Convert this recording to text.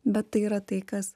bet tai yra tai kas